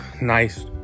nice